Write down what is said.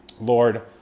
Lord